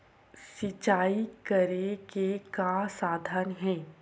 सिंचाई करे के का साधन हे?